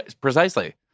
Precisely